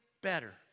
better